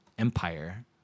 empire